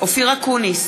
אופיר אקוניס,